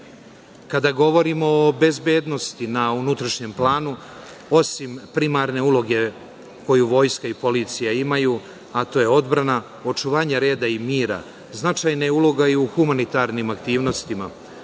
govorimo o bezbednosti na unutrašnjem planu, osim primarne uloge koju Vojska i policija imaju, a to je odbrana, očuvanje reda i mira, značajna je uloga i u humanitarnim aktivnostima,